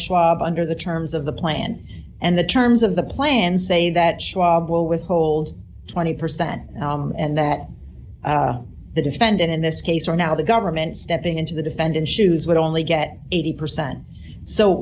schwab under the terms of the plan and the terms of the plan say that schwab will withhold d twenty percent and that the defendant in this case are now the government stepping into the defendant shoes would only get eighty percent so